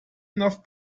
enough